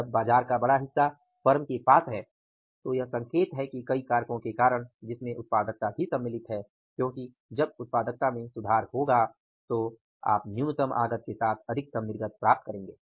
और जब बाजार का बड़ा हिस्सा फर्म के पास है तो यह संकेत है कि कई कारकों के कारण जिसमे उत्पादकता भी सम्मिलित है क्योंकि जब उत्पादकता में सुधार होगा तो आप न्यूनतम आगत के साथ अधिकतम निर्गत प्राप्त करेंगे